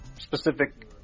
specific